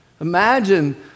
imagine